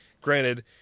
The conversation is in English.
Granted